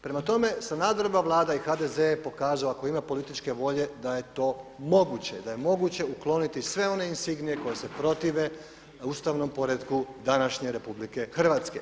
Prema tome, Sanaderova vlada i HDZ je pokazao ako ima političke volje da je to moguće, da je moguće ukloniti sve one insignije koje se protive ustavnom poretku današnje RH.